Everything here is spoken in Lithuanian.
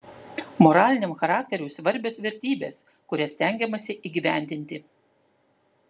moraliniam charakteriui svarbios vertybės kurias stengiamasi įgyvendinti